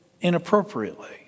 inappropriately